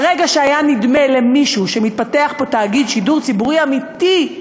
ברגע שהיה נדמה למישהו שמתפתח פה תאגיד שידור ציבורי אמיתי,